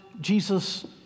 Jesus